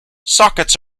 sockets